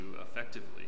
effectively